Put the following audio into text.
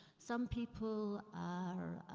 some people are,